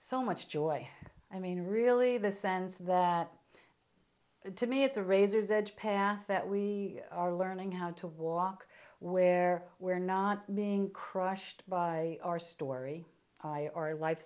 so much joy i mean really the sense that to me it's a razor's edge path that we are learning how to walk where we're not being crushed by our story high or life